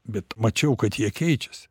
bet mačiau kad jie keičias